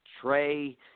Trey